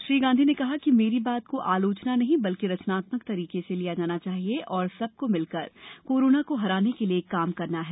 श्री गांधी ने कहा कि मेरी बात को आलोचना नहीं बल्कि रचनात्मक तरीके से लिया जाना चाहिए और सबको मिलकर कोरोना को हराने के लिए काम करना है